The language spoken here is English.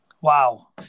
Wow